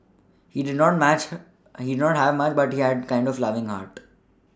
he did not much her a he did not have much but he had a friend of loving heart